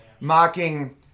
mocking